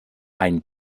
ein